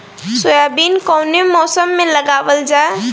Soybean कौने मौसम में लगावल जा?